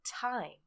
time